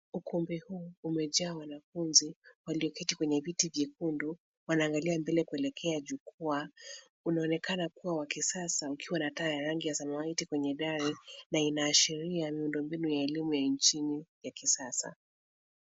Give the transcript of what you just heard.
Ukumbi huu umejaa wanafunzi walioketi kwenye viti vyekundu. Wanaangalia mbele kuelekea jukwaa. Unaonekana kuwa wa kisasa ukiwa na taa ya rangi ya samawati kwenye dari na inaashiria miundombinu ya elimu nchini ya kisasa.